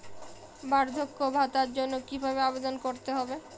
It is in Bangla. বার্ধক্য ভাতার জন্য কিভাবে আবেদন করতে হয়?